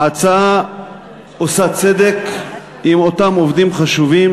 ההצעה עושה צדק עם אותם עובדים חשובים